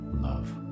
love